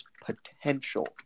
potential